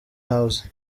house